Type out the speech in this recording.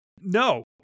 no